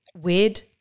weird